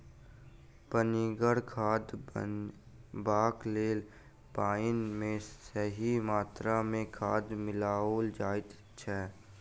पनिगर खाद बनयबाक लेल पाइन मे सही मात्रा मे खाद मिलाओल जाइत छै